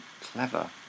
clever